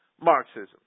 Marxism